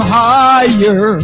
higher